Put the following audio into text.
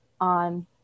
on